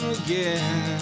again